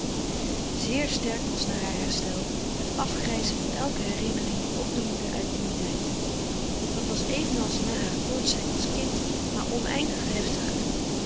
zeer sterk was na haar herstel het afgrijzen van elke herinnering die opdoemde uit dien tijd dat was evenals na haar koorts zijn als kind maar oneindig heftiger